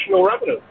revenue